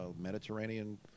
Mediterranean